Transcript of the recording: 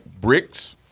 Brick's